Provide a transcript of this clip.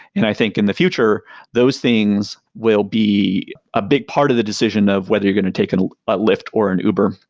and i think in the future those things will be a big part of the decision of whether you're going to take a lyft or an uber,